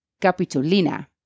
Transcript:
Capitolina